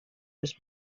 was